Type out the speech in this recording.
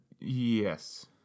Yes